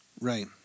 Right